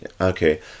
okay